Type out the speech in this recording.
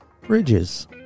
Bridges